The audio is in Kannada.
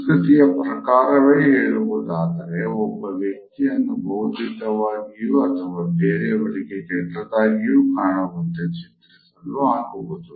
ಸಂಸ್ಕೃತಿಯ ಪ್ರಕಾರವೇ ಹೇಳುವುದಾದರೆ ಒಬ್ಬ ವ್ಯಕ್ತಿಯನ್ನು ಭೌದ್ಧಿಕವಾಗಿಯೂ ಅಥವಾ ಬೇರೆಯವರಿಗೆ ಕೆಟ್ಟದಾಗಿಯೂ ಕಾಣುವಂತೆ ಚಿತ್ರಿಸಲು ಆಗುವುದು